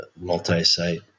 multi-site